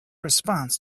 response